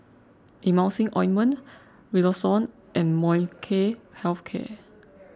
Emulsying Ointment Redoxon and Molnylcke Health Care